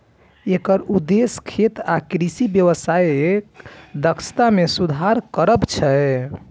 एकर उद्देश्य खेत आ कृषि व्यवसायक दक्षता मे सुधार करब छै